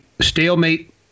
stalemate